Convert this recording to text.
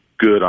good